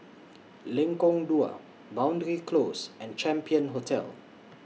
Lengkong Dua Boundary Close and Champion Hotel